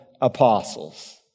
apostles